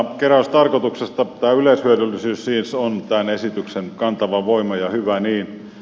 tämä yleishyödyllisyys siis on tämän esityksen kantava voima ja hyvä niin